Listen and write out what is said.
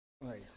right